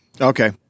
Okay